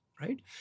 right